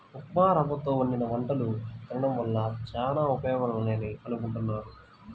ఉప్మారవ్వతో వండిన వంటలు తినడం వల్ల చానా ఉపయోగాలున్నాయని అనుకుంటున్నారు